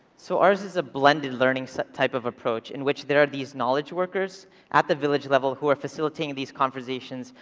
so ours is a blended learning type of approach in which there are these knowledge workers at the village level who are facilitating these conversations,